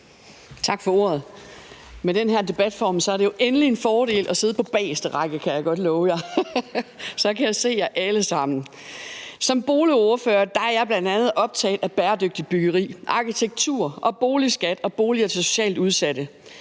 Med den her debatform er det jo endelig en fordel at sidde på bageste række, kan jeg godt love jer – så kan jeg se jer alle sammen. Som boligordfører er jeg bl.a. optaget af bæredygtigt byggeri, arkitektur, boligskat og boliger til socialt udsatte,